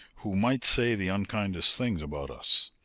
who might say the unkindest things about us.